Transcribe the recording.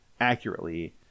accurately